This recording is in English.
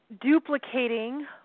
duplicating